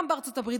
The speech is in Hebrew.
גם בארצות הברית,